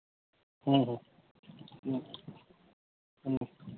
ᱦᱮᱸ ᱦᱮᱸ ᱦᱮᱸ ᱦᱮᱸ